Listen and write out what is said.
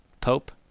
Pope